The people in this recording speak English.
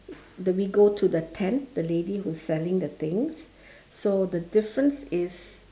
then we go to the tent the lady who is selling the things so the difference is